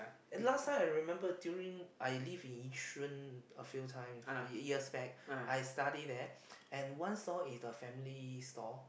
last time I remember during I live in Yishun a few time years back I study there and one stall is the family stall